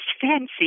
fancy